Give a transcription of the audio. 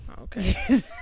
Okay